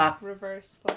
Reverse